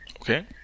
Okay